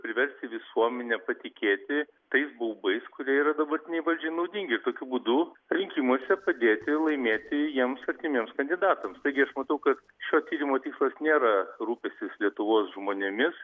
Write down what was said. priversti visuomenę patikėti tais baubais kurie yra dabartinei valdžiai naudingi ir tokiu būdu rinkimuose padėti laimėti jiems artimiems kandidatams taigi aš matau kad šio tyrimo tikslas nėra rūpestis lietuvos žmonėmis